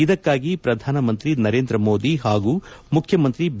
ಇದಕ್ಕಾಗಿ ಪ್ರಧಾನಮಂತ್ರಿ ನರೇಂದ್ರ ಮೋದಿ ಹಾಗೂ ಮುಖ್ಯಮಂತ್ರಿ ಬಿ